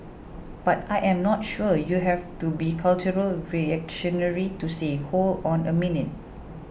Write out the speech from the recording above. but I am not sure you have to be a cultural reactionary to say Hold on a minute